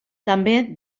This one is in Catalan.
també